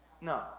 No